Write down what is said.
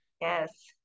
yes